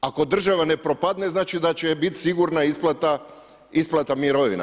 Ako država ne propadne znači da će biti sigurna isplata mirovina.